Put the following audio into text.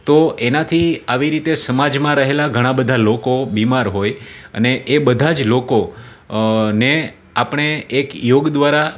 તો એનાંથી આવી રીતે સમાજમાં રહેલા ઘણાં બધાં લોકો બીમાર હોય અને એ બધાં જ લોકો ને આપણે એક યોગ દ્વારા